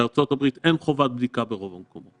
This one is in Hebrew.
בארצות הברית אין חובת בדיקה ברוב המקומות.